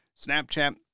Snapchat